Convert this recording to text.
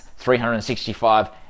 365